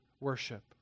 worship